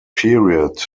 period